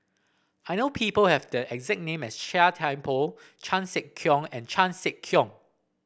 I know people have the exact name as Chia Thye Poh Chan Sek Keong and Chan Sek Keong